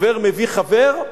חבר מביא חבר?